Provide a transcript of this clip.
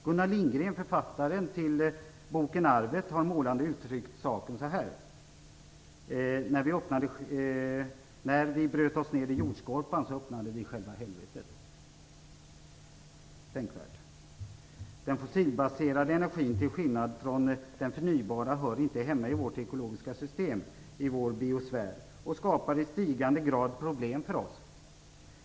Gunnar Lindgren, författaren till boken Arvet, har målande uttryckt saken så, att vi öppnade själva helvetet när vi bröt oss ned i jordskorpan. Tänkvärt! Den fossilbaserade energin - till skillnad från den förnybara - hör inte hemma i vårt ekologiska system, i vår biosfär, och skapar i stigande grad problem för oss.